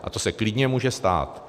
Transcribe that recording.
A to se klidně může stát.